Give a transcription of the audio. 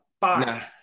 Five